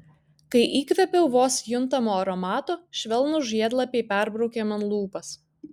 kai įkvėpiau vos juntamo aromato švelnūs žiedlapiai perbraukė man lūpas